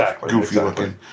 goofy-looking